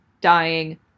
dying